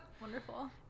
Wonderful